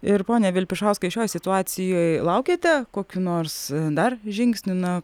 ir pone vilpišauskai šioj situacijoj laukiate kokių nors dar žingsnių na